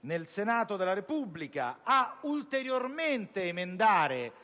nel Senato della Repubblica, ad ulteriormente emendare tale